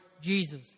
Jesus